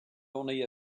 only